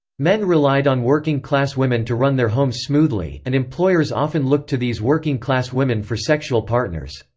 men relied on working class women to run their homes smoothly, and employers often looked to these working class women for sexual partners.